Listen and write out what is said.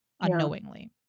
unknowingly